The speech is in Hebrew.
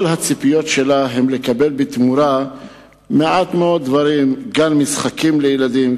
כל הציפיות שלה הן לקבל בתמורה מעט מאוד דברים: גן-משחקים לילדים,